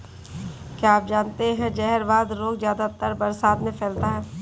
क्या आप जानते है जहरवाद रोग ज्यादातर बरसात में फैलता है?